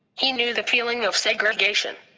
he knew the feeling of segregation.